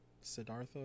siddhartha